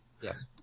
yes